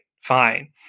fine